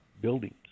buildings